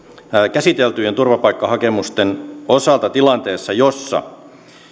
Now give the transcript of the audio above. käsiteltyjen turvapaikkahakemusten osalta tilanteessa jossa